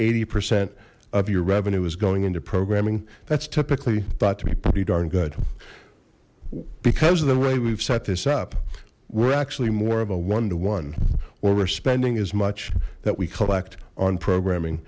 eighty percent of your revenue is going into programming that's typically thought to be pretty darn good because of the way we've set this up we're actually more of a one to one or we're spending as much that we collect on programming